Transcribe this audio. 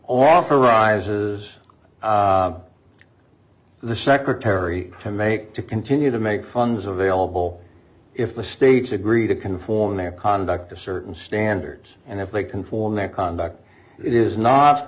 arises the secretary to make to continue to make funds available if the states agree to conform their conduct of certain standards and if they conform their conduct it is not